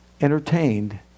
entertained